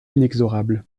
inexorable